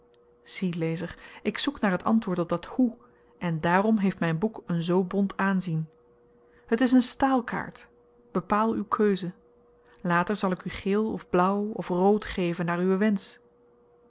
zie lezer ik zoek naar t antwoord op dat hoe en daarom heeft myn boek een zoo bont aanzien het is een staalkaart bepaal uw keuze later zal ik u geel of blauw of rood geven naar uwen wensch